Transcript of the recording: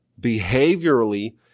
behaviorally